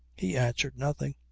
he answered nothing.